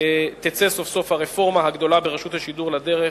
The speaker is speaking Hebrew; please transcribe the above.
תצא סוף-סוף הרפורמה הגדולה ברשות השידור לדרך,